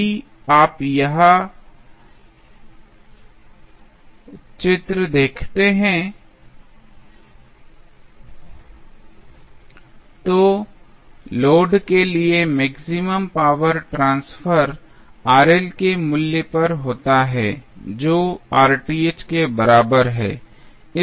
यदि आप यह चित्र देखते हैं तो लोड के लिए मैक्सिमम पावर ट्रांसफर के मूल्य पर होता है जो के बराबर है